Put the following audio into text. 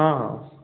ହଁ ହଁ